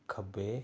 ਖੱਬੇ